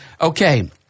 Okay